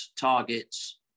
targets